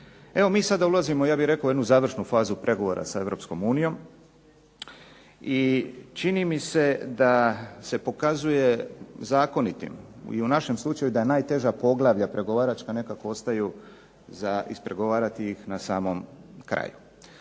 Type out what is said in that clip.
Evo mi sada ulazimo, ja bih rekao, u jednu završnu fazu pregovora sa EU i čini mi se da se pokazuje zakonitim i u našem slučaju da je najteža poglavlja pregovaračka nekako ostaju za ispregovarati ih na samom kraju.